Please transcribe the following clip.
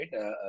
right